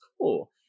cool